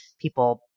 People